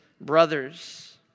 brothers